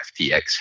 FTX